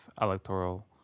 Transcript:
electoral